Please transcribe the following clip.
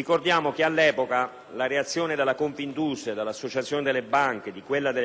ricordare che all'epoca la reazione della Confindustria, dell'associazione delle banche e di quella delle assicurazioni era stata violenta.